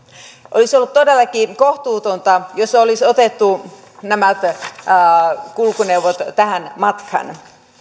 olisi ollut todellakin kohtuutonta jos olisi otettu nämä kulkuneuvot tähän matkaan